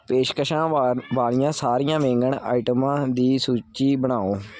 ਪੇਸ਼ਕਸ਼ਾਂ ਵਾਲ ਵਾਲੀਆਂ ਸਾਰੀਆਂ ਵੇਂਗਣ ਆਈਟਮਾਂ ਦੀ ਸੂਚੀ ਬਣਾਓ